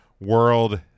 world